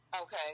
Okay